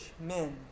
men